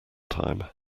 time